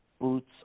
boots